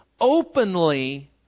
openly